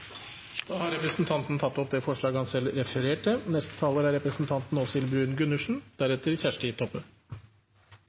Da har representanten Sigbjørn Gjelsvik tatt opp det forslaget han refererte til.